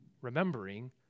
remembering